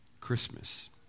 Christmas